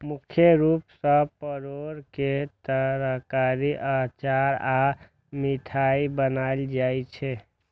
मुख्य रूप सं परोर के तरकारी, अचार आ मिठाइ बनायल जाइ छै